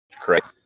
Correct